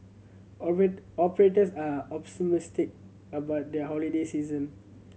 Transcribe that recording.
operators are about there holiday season